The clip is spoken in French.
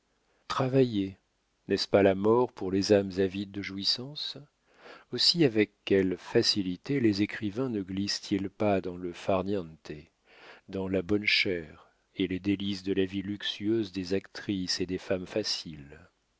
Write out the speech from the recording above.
travailler n'est-ce pas la mort pour les âmes avides de jouissances aussi avec quelle facilité les écrivains ne glissent ils pas dans le far niente dans la bonne chère et les délices de la vie luxueuse des actrices et des femmes faciles